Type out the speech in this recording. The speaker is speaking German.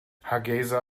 hargeysa